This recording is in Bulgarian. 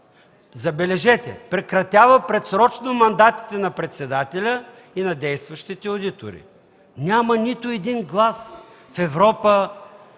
Забележете – прекратява предсрочно мандатите на председателя и на действащите одитори. Няма нито един глас в Европа,